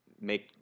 make